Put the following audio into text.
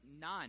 none